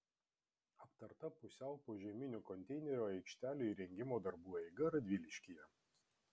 aptarta pusiau požeminių konteinerių aikštelių įrengimo darbų eiga radviliškyje